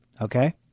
okay